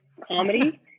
comedy